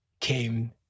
came